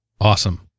Awesome